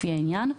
לפי העניין,